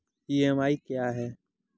EMI क्या है?